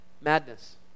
Madness